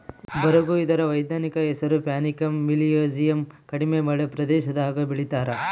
ಬರುಗು ಇದರ ವೈಜ್ಞಾನಿಕ ಹೆಸರು ಪ್ಯಾನಿಕಮ್ ಮಿಲಿಯೇಸಿಯಮ್ ಕಡಿಮೆ ಮಳೆ ಪ್ರದೇಶದಾಗೂ ಬೆಳೀತಾರ